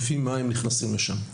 לפי מה הם נכנסים לשם?